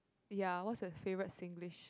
ya what's your favorite Singlish